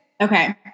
Okay